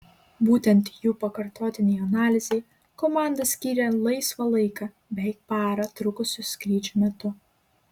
būtent jų pakartotinei analizei komanda skyrė laisvą laiką beveik parą trukusių skrydžių metu